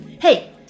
hey